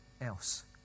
else